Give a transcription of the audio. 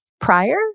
prior